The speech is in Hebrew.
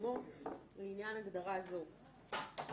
אתם עושים את זה בהקדם האפשרי,